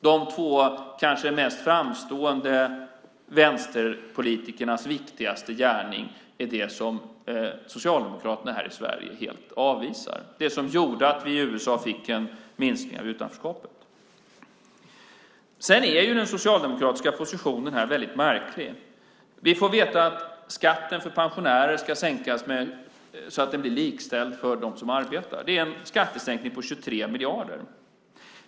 De två kanske mest framstående vänsterpolitikernas viktigaste gärning är det som Socialdemokraterna här i Sverige helt avvisar - det som gjorde att vi i USA fick en minskning av utanförskapet. Den socialdemokratiska positionen här är väldigt märklig. Vi får veta att skatten för pensionärer ska sänkas så att den blir likställd med skatten för dem som arbetar. Det är en skattesänkning på 23 miljarder.